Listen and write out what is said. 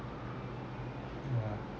yeah